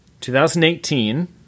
2018